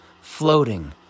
floating